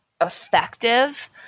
effective